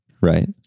Right